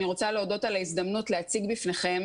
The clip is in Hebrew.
אני רוצה להודות על ההזדמנות להציג בפניכם